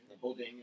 holding